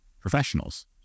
professionals